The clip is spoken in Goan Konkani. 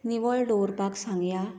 निवळ दवरपाक सांगया